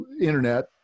internet